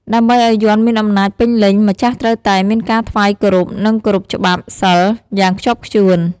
ដើម្បីឱ្យយ័ន្តមានអំណាចពេញលេញ ម្ចាស់ត្រូវតែ មានការថ្វាយគោរព និង គោរពច្បាប់ “សីល” យ៉ាងខ្ជាប់ខ្ជួន។